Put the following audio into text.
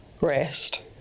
rest